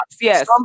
Yes